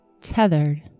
tethered